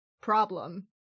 problem